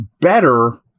better